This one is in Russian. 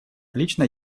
лично